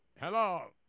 Hello